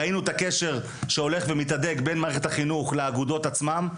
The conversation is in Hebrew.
ראינו את הקשר שהולך ומתהדק בין מערכת החינוך לאגודות עצמן.